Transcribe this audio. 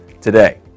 today